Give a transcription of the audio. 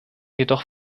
jedoch